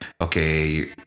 okay